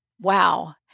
Wow